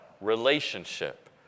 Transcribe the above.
Relationship